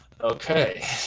okay